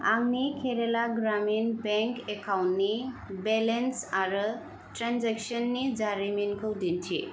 आंनि केराला ग्रामिन बेंक एकाउन्टनि बेलेन्स आरो ट्रेनजेक्सननि जारिमिनखौ दिन्थि